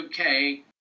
okay